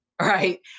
right